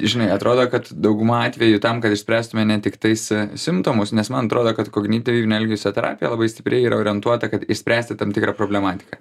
žinai atrodo kad dauguma atvejų tam kad išspręstume ne tiktais e simptomus nes man atrodo kad kognityvinė elgesio terapija labai stipriai yra orientuota kad išspręsti tam tikrą problematiką